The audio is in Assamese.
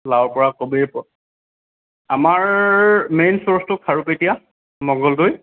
লাওৰপৰা কবিৰপৰা আমাৰ মেইন চোৰচটো খাৰুপেটীয়া মংগলদৈ